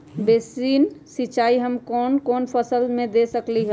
Basin सिंचाई हम कौन कौन फसल में दे सकली हां?